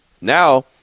now –